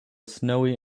snowy